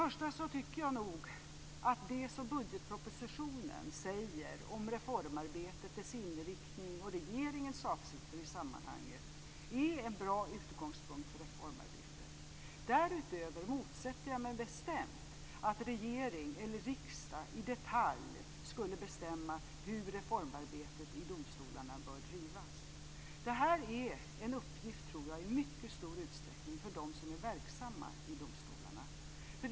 Först och främst tycker jag nog att det som budgetpropositionen säger om reformarbetet, dess inriktning och regeringens avsikter i sammanhanget är en bra utgångspunkt för reformarbetet. Därutöver motsätter jag mig bestämt att regering eller riksdag i detalj skulle bestämma hur reformarbetet i domstolarna bör drivas. Det här tror jag i mycket stor utsträckning är en uppgift för dem som är verksamma i domstolarna.